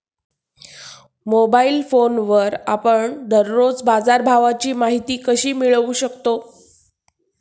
Mobile फोनवर आपण दररोज बाजारभावाची माहिती कशी मिळवू शकतो?